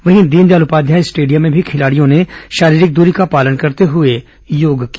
वहीं दीनदयाल उपाध्याय स्टेडियम में भी खिलाड़ियों ने शारीरिक दूरी का पालन करते हुए योगाभ्यास किया